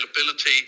availability